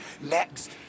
next